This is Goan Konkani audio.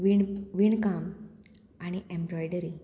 विण विणकाम आनी एम्ब्रॉयडरी